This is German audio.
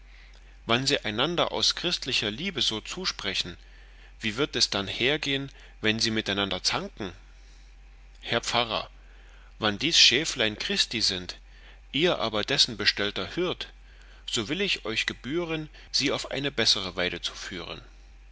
wann sie einander aus christlicher liebe so zusprechen wie wird es dann hergehen wann sie miteinander zanken herr pfarrer wann dies schäflein christi sind ihr aber dessen bestellter hirt so will euch gebühren sie auf eine bessere weide zu führen